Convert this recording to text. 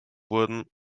wurden